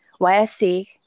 YSC